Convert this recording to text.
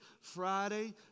Friday